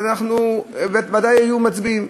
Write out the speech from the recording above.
אנחנו בוודאי היינו מצביעים.